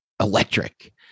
electric